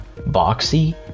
boxy